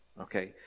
Okay